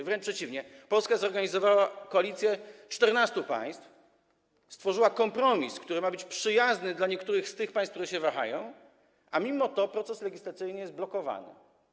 Wręcz przeciwnie, Polska zorganizowała koalicję 14 państw, stworzyła kompromis, który ma być przyjazny dla niektórych tych państw, które się wahają, a mimo to proces legislacyjny jest blokowany.